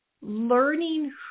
learning